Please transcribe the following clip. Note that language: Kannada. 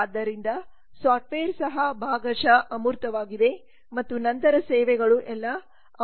ಆದ್ದರಿಂದ ಸಾಫ್ಟ್ವೇರ್ ಸಹ ಭಾಗಶಃ ಅಮೂರ್ತವಾಗಿದೆ ಮತ್ತು ನಂತರ ಸೇವೆಗಳು ಎಲ್ಲಾ ಅಮೂರ್ತ ಸೇವೆಗಳಾಗಿವೆ